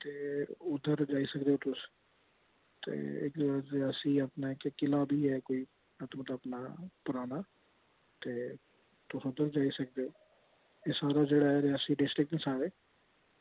ते उद्धर जाई सकदे ओ तुस ते रियासी अपना इक किला बी ऐ कोई मता अपना पराना ते तुस उद्धर बी जाई सकदे ओ एह् सारा जेह्ड़ा ऐ रियासी डिस्ट्रिकट न सारे